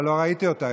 אבל לא ראיתי אותה,